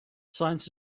science